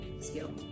skill